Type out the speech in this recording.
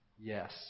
yes